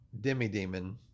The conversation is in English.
demi-demon